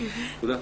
תודה.